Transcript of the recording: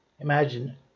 Imagine